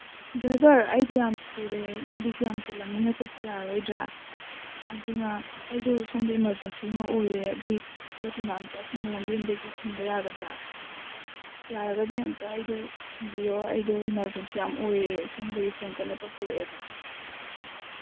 driver ꯑꯩꯗꯣ ꯌꯥꯝ ꯊꯨꯔꯦ ꯂꯝꯕꯤꯁꯤ ꯌꯥꯝ ꯆꯤꯜꯂꯝꯅꯤꯅ ꯆꯠꯄ ꯌꯥꯔꯔꯣꯏꯗ꯭ꯔꯥ ꯑꯗꯨꯅ ꯑꯩꯗꯣ ꯁꯣꯝꯗ ꯏꯃꯥꯔꯖꯦꯟꯁꯤ ꯑꯃ ꯑꯣꯏꯔꯦ ꯑꯗꯨꯒꯤ ꯈꯔ ꯊꯨꯅ ꯑꯝꯇ ꯑꯁꯝꯕ ꯂꯝꯕꯤ ꯑꯃꯗ ꯍꯦꯛꯇ ꯊꯤꯟꯕ ꯌꯥꯒꯗ꯭ꯔꯥ ꯌꯥꯔꯒꯗꯤ ꯑꯝꯇ ꯑꯩꯗꯣ ꯊꯤꯟꯕꯤꯌꯣ ꯑꯩꯗꯣ ꯏꯃꯥꯔꯖꯦꯟꯁꯤ ꯌꯥꯝ ꯑꯣꯏꯔꯦ ꯁꯣꯝꯗꯒꯤ ꯐꯣꯟ ꯀꯟꯅ ꯇꯧꯁꯤꯜꯂꯛꯑꯦꯕ